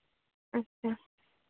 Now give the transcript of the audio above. अच्छा